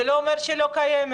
זה לא אומר שהיא לא קיימת.